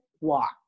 walk